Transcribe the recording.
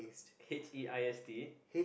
H E I S T